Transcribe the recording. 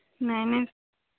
ନାହିଁ ନାହିଁ